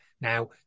Now